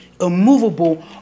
immovable